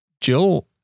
Jill